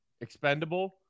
expendable